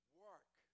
work